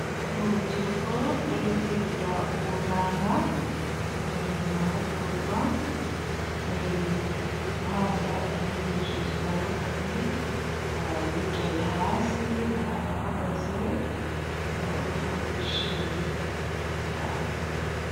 Ni urubyiruko ruri kwigira ubuganga, ubu bari mu mahugurwa, bari guhabwa inyigisho zitandukanye, hari abicaye hasi, hari abahagaze, urabona ko bishimye cyane.